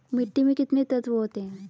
मिट्टी में कितने तत्व होते हैं?